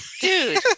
Dude